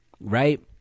right